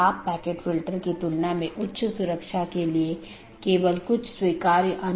दोनों संभव राउटर का विज्ञापन करते हैं और infeasible राउटर को वापस लेते हैं